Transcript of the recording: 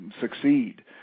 succeed